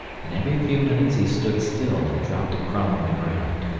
and every few minutes he stood still and dropped a crumb on the ground.